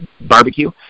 barbecue